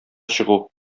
чыгу